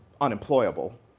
unemployable